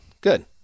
good